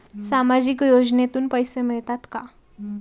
सामाजिक योजनेतून पैसे मिळतात का?